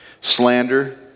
slander